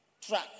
track